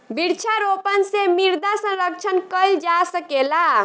वृक्षारोपण से मृदा संरक्षण कईल जा सकेला